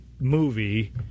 movie